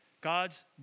God's